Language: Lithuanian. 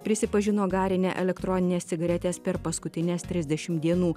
prisipažino garinę elektronines cigaretes per paskutines trisdešim dienų